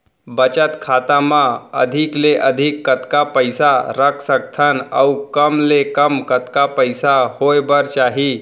बचत खाता मा अधिक ले अधिक कतका पइसा रख सकथन अऊ कम ले कम कतका पइसा होय बर चाही?